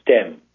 STEM